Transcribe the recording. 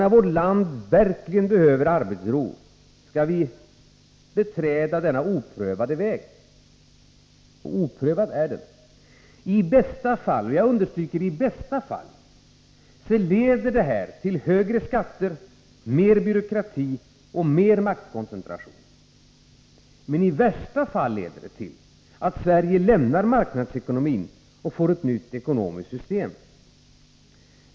När vårt land verkligen behöver arbetsro, skall vi beträda denna oprövade vägför oprövad är den. I bästa fall — jag understryker, i bästa fall — leder den till högre skatter, mer byråkrati och mer maktkoncentration. Men i värsta fall leder den till att Sverige lämnar marknadsekonomin och får ett nytt ekonomiskt system.